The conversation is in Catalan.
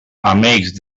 amics